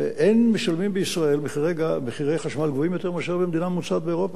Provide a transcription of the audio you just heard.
אין משלמים בישראל מחירי חשמל גבוהים יותר מאשר במדינה ממוצעת באירופה,